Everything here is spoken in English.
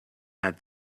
add